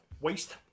waste